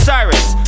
Cyrus